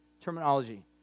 terminology